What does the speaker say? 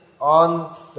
on